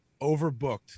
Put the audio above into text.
overbooked